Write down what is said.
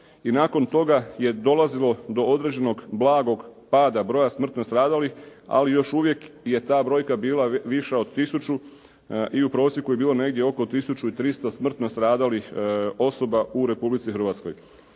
nakon toga je dolazilo do određenog blagog pada broja smrtno stradalih ali još uvijek je ta brojka bila viša od 1000 i u prosjeku je bilo negdje oko 1300 smrtno stradalih osoba u Republici Hrvatskoj.